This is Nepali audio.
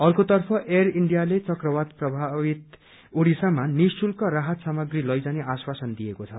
अर्कोतर्फ एयर इण्डियाले चक्रवात प्रभावित ओड़िसामा निःशुल्क राहत सामग्री लैजाने आश्वासन दिएको छ